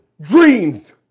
dreams